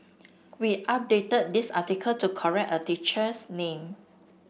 we updated this article to correct a teacher's name